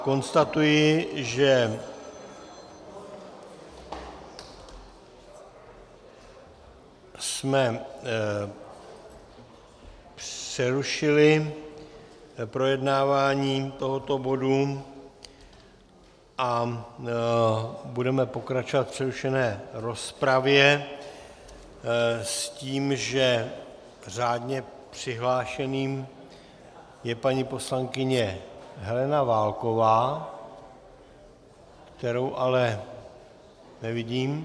Konstatuji, že jsme přerušili projednávání tohoto bodu a budeme pokračovat v přerušené rozpravě s tím, že řádně přihlášená je paní poslankyně Helena Válková, kterou ale nevidím.